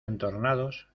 entornados